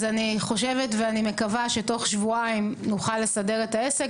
אז אני חושבת ומקווה שתוך שבועיים נוכל לסדר את העסק.